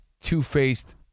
two-faced